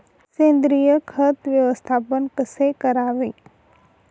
सेंद्रिय खत व्यवस्थापन कसे करावे?